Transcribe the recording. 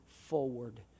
forward